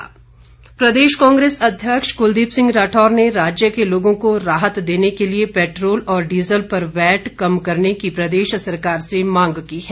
राठौर प्रदेश कांग्रेस अध्यक्ष क्लदीप सिंह राठौर ने राज्य के लोगों को राहत देने के लिए पैट्रोल और डीजल पर वैट कम करने की प्रदेश सरकार से मांग की है